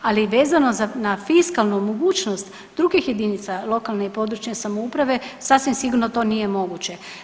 Ali vezano na fiskalnu mogućnost drugih jedinica lokalne i područne samouprave sasvim sigurno tu nije moguće.